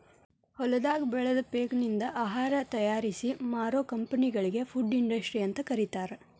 ಹೊಲದಾಗ ಬೆಳದ ಪೇಕನಿಂದ ಆಹಾರ ತಯಾರಿಸಿ ಮಾರೋ ಕಂಪೆನಿಗಳಿ ಫುಡ್ ಇಂಡಸ್ಟ್ರಿ ಅಂತ ಕರೇತಾರ